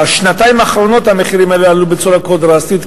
בשנתיים האחרונות המחירים האלה עלו בצורה כה דרסטית.